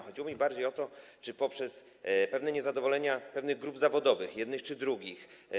Chodziło mi bardziej o to, czy poprzez pewne niezadowolenie grup zawodowych jednych czy drugich.